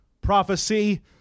prophecy